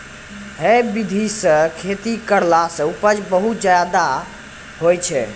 है विधि सॅ खेती करला सॅ उपज बहुत ज्यादा होय छै